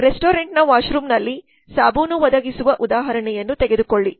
ರೆಸ್ಟೋರೆಂಟ್ನ ವಾಶ್ರೂಂನಲ್ಲಿ ಸಾಬೂನು ಒದಗಿಸುವ ಉದಾಹರಣೆಯನ್ನು ತೆಗೆದುಕೊಳ್ಳಿ